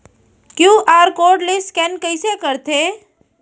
QR code ले scan कइसे करथे?